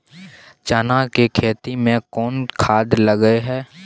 चना के खेती में कोन खाद लगे हैं?